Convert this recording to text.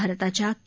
भारताच्या के